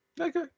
Okay